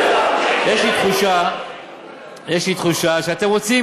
בגלל שאתה טיפלת בזה אישית,